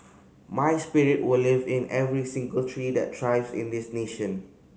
my spirit will live in every single tree that thrives in this nation